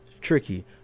tricky